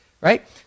right